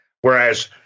Whereas